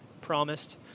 promised